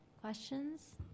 questions